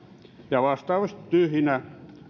ja vastaavasti tyhjinä